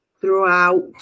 throughout